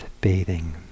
bathing